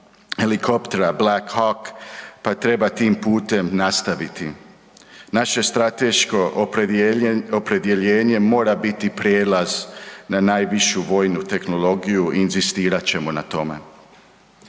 helikoptera Black Hawk pa treba tim putem nastaviti. Naše strateško opredjeljenje mora biti prijelaz na najvišu vojnu tehnologiju i inzistirat ćemo na tome.